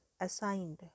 assigned